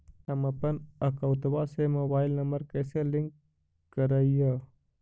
हमपन अकौउतवा से मोबाईल नंबर कैसे लिंक करैइय?